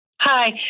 Hi